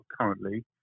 currently